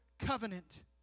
covenant